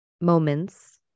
moments